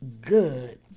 good